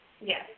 Yes